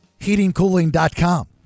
heatingcooling.com